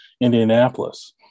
Indianapolis